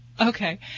okay